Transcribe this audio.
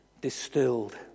distilled